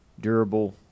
durable